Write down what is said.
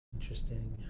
Interesting